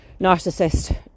narcissist